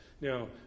Now